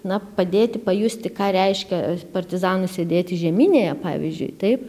na padėti pajusti ką reiškia partizanui sėdėti žeminėje pavyzdžiui taip